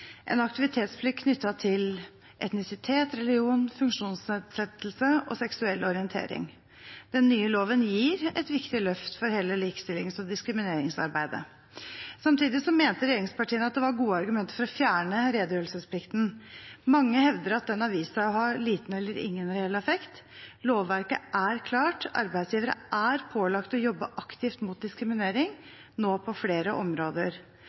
en aktivitetsplikt knyttet til etnisitet, religion, funksjonsnedsettelse og seksuell orientering. Den nye loven gir et viktig løft for hele likestillings- og diskrimineringsarbeidet. Samtidig mente regjeringspartiene at det var gode argumenter for å fjerne redegjørelsesplikten. Mange hevder at den har vist seg å ha liten eller ingen reell effekt. Lovverket er klart, arbeidsgivere er pålagt å jobbe aktivt mot diskriminering, nå på flere områder.